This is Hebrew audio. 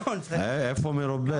איפה מרובה?